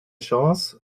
chance